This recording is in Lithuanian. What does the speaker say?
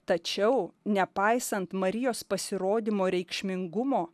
tačiau nepaisant marijos pasirodymo reikšmingumo